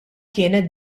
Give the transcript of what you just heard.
kienet